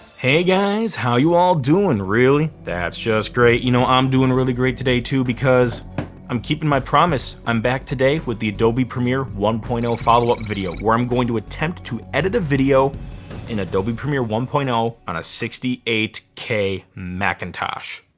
hey guys, how you all doin'? really? that's just great. you know i'm doing really great today too because i'm keeping my promise. i'm back today with the adobe premiere one point zero follow-up video where i'm going to attempt to edit a video in adobe premiere one point zero on a sixty eight k macintosh.